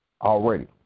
already